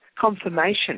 confirmation